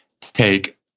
take